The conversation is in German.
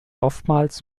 oftmals